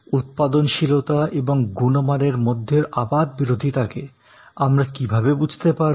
উৎপাদনশীলতা এবং গুণমানের মধ্যের আপাতবিরোধিতাকে আমরা কীভাবে বুঝতে পারব